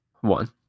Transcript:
one